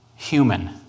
Human